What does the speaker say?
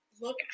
look